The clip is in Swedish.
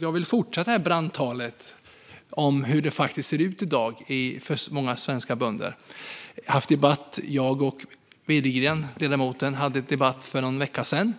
Jag vill fortsätta brandtalet om hur det faktiskt ser ut i dag för många svenska bönder. Ledamoten Widegren och jag hade en debatt för någon vecka sedan,